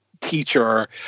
teacher